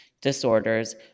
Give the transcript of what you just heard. disorders